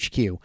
HQ